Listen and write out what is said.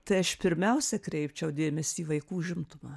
tai aš pirmiausia kreipčiau dėmesį į vaikų užimtumą